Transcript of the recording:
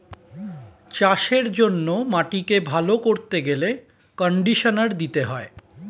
চাষের জন্য মাটিকে ভালো করতে গেলে কন্ডিশনার দিতে হয়